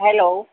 hello